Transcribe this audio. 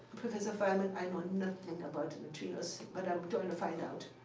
professor feynman, i know nothing about neutrinos, but i'm going to find out.